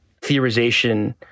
theorization